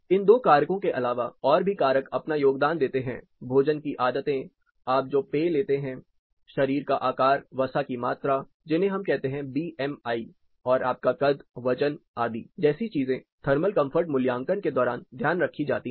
इन दो कारकों के अलावा और भी कारक अपना योगदान देते हैं भोजन की आदतें आप जो पेय लेते हैं शरीर का आकार वसा की मात्रा जिन्हें हम कहते हैं बीएमआई और आपका कद वजन आदि जैसी चीजें थर्मल कंफर्ट मूल्यांकन के दौरान ध्यान रखी जाती है